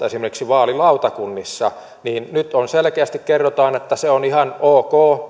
esimerkiksi vaalilautakunnissa ja nyt selkeästi kerrotaan että se on ihan ok